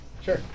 Sure